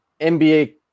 nba